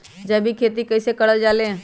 जैविक खेती कई से करल जाले?